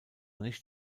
nicht